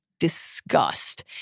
disgust